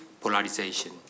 polarization